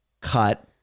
Cut